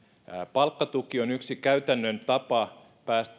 palkkatuki on yksi käytännön tapa